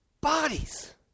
bodies